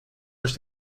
euch